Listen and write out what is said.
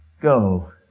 go